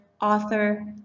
author